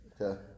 Okay